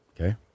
okay